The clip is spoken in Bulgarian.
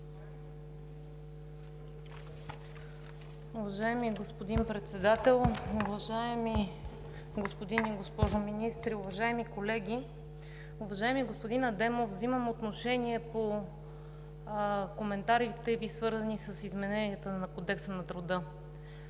Уважаеми господин Председател, уважаеми господин и госпожо министри, уважаеми колеги! Уважаеми господин Адемов, взимам отношение по коментарите Ви, свързани с измененията на Кодекса на труда.